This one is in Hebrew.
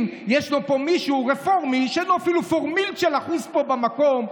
אם יש פה מישהו רפורמי שאין לו אפילו פרומיל של אחוז פה במקום,